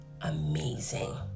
amazing